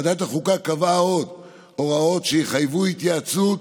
ועדת החוקה קבעה עוד הוראות שיחייבו התייעצות